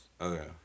Okay